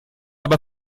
aber